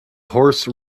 horse